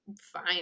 fine